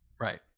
Right